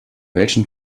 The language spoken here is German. welchen